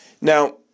Now